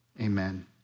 Amen